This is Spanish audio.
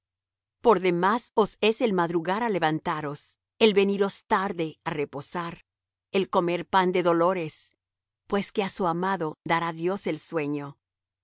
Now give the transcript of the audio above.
por demás os es el madrugar á levantaros el veniros tarde á reposar el comer pan de dolores pues que á su amado dará dios el sueño